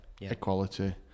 equality